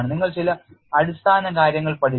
നിങ്ങൾ ചില അടിസ്ഥാനകാര്യങ്ങൾ പഠിച്ചു